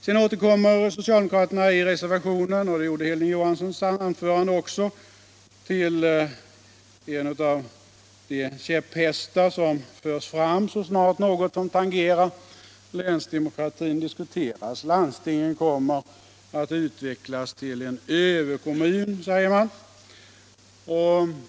Sedan återkommer socialdemokraterna i reservationen — och det gjorde Hilding Johansson i sitt anförande också — till en av de käpphästar som förs fram så snart något som tangerar länsdemokratin diskuteras: landstinget kommer att utvecklas till en överkommun.